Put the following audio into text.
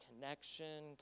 connection